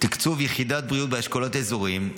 תקצוב יחידת בריאות באשכולות האזוריים,